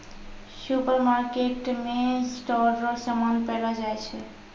सुपरमार्केटमे स्टोर रो समान पैलो जाय छै